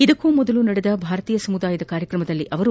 ಇದಕ್ಕೂ ಮೊದಲು ನಡೆದ ಭಾರತೀಯ ಸಮುದಾಯದ ಕಾರ್ಯಕ್ರಮದಲ್ಲಿ ಅವರು